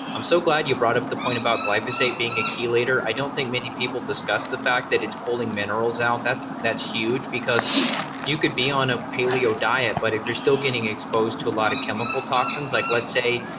i'm so glad you brought up the point about glyphosate being a key later. i don't think many people discuss the fact that it's pulling minerals out. that's, that's huge because you could be on a paleo diet but if you're still getting exposed to a lot of chemical toxins like let's say,